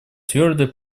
твердо